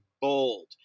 bold